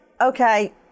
okay